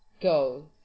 Go